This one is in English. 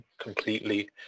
completely